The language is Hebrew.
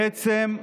בעצם,